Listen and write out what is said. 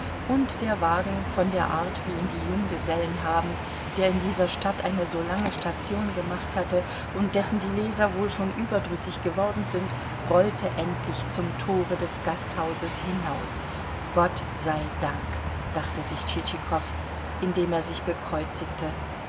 und der wagen von der art wie ihn die junggesellen haben der in dieser stadt eine so lange station gemacht hatte und dessen die leser wohl schon überdrüssig geworden sind rollte endlich zum tore des gasthauses hinaus gott sei dank dachte sich tschitschikow indem er sich bekreuzigte